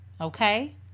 okay